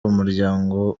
umuryango